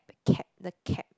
the cap the cap